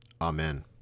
Amen